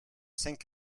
cinq